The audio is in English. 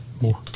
More